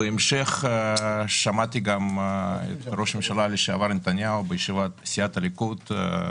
בהמשך שמעתי גם את ראש הממשלה לשעבר נתניהו בישיבת סיעת הליכוד אומר,